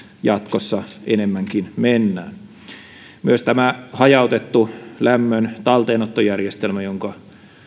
jatkossa enemmänkin mennään on myös tämä hajautettu lämmön talteenottojärjestelmä jonka